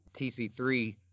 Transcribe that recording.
TC3